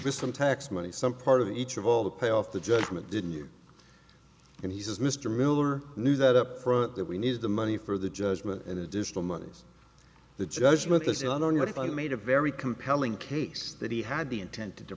with some tax money some part of each of all the pay off the judgment didn't you and he says mr miller knew that upfront that we needed the money for the judgment and additional monies the judgment to see i don't know if i made a very compelling case that he had the intent to